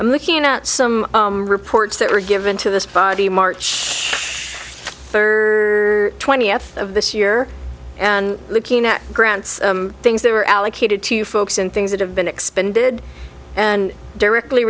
i'm looking at some reports that were given to this body march third or twentieth of this year and looking at grants things that were allocated to folks and things that have been expended and directly